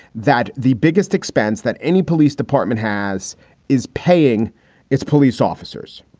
that the biggest expense that any police department has is paying its police officers.